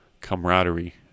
camaraderie